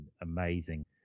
amazing